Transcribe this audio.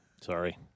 Sorry